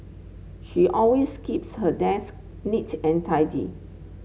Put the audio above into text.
she always keeps her desk neat and tidy